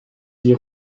die